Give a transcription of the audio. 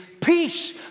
peace